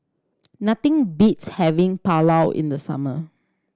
nothing beats having Pulao in the summer